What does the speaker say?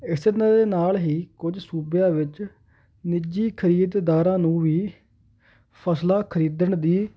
ਇਸ ਦੇ ਨਾਲ ਹੀ ਕੁਝ ਸੂਬਿਆਂ ਵਿੱਚ ਨਿੱਜੀ ਖ਼ਰੀਦਦਾਰਾਂ ਨੂੰ ਵੀ ਫ਼ਸਲਾਂ ਖਰੀਦਣ ਦੀ